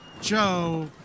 Joe